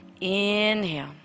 Inhale